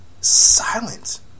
silent